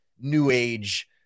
new-age